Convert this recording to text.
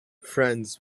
friends